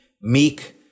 meek